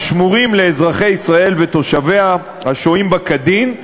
השמורים לאזרחי ישראל ותושביה השוהים בה כדין,